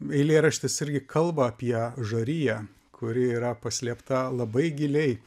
eilėraštis irgi kalba apie žariją kuri yra paslėpta labai giliai